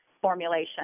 formulation